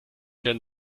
denn